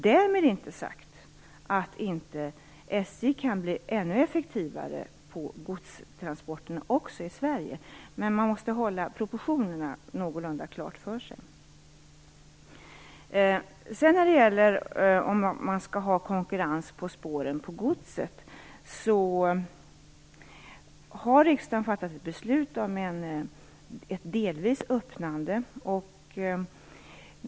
Därmed säger jag inte att SJ inte kan bli ännu effektivare på godstransporterna också i Sverige. Men man måste ha proportionerna någorlunda klara för sig. När det sedan gäller om det skall vara konkurrens på spåren med godset har riksdagen fattat ett beslut om ett delvis öppnande.